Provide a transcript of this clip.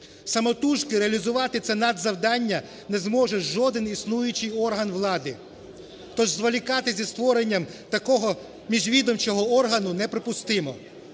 Самотужки реалізувати це надзавдання не зможе жоден існуючий орган влади. Тож зволікати зі створенням такого міжвідомчого органу неприпустимо.